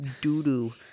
doo-doo